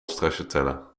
stracciatella